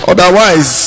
Otherwise